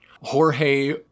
Jorge